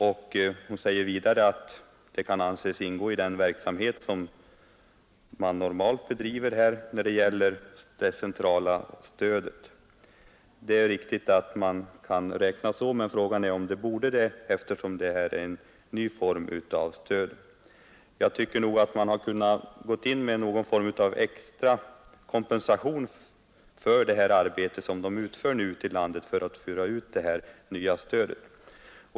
Fru Odhnoff säger vidare att det kan anses ingå i den verksamhet som staten befrämjar genom bidraget till ungdomsorganisationernas centrala verksamhet. Det är riktigt att man kan räkna så, men frågan är om man borde det eftersom detta är en ny form av stöd. Jag tycker att man borde kunnat gå in med någon form av extra kompensation för det arbete som man uträttar ute i landet för att föra ut det nya stödet.